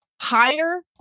higher